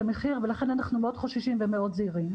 מחיר ולכן אנחנו מאוד חוששים ומאוד זהירים.